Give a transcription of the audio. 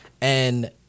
and-